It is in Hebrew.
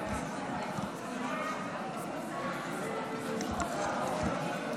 כי הצעת חוק שירות חובה